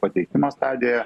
pateikimo stadijoje